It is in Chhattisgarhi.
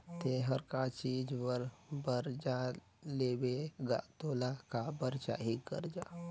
ते हर का चीच बर बरजा लेबे गा तोला काबर चाही करजा